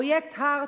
פרויקט "הארט"